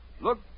Look